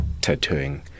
tattooing